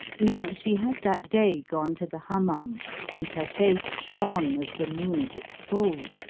now she had that day gone to the hammam and her face shone as the moon at its full,